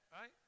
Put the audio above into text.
Right